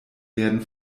werden